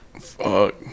Fuck